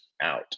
out